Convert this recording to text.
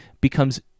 becomes